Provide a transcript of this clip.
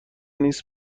نیست